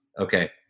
Okay